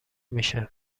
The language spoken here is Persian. میشه